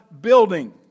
building